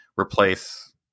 replace